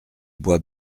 bois